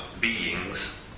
beings